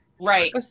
right